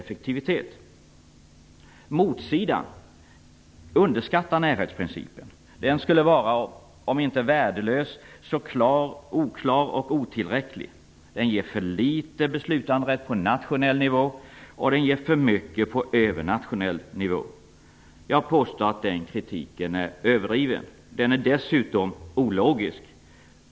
Motståndarsidan underskattar närhetsprincipen. Den skulle vara, om inte värdelös, så klar och otillräcklig. Den ger för litet beslutanderätt på nationell nivå och för mycket på övernationell nivå. Jag påstår att den kritiken är överdriven. Den är dessutom ologisk.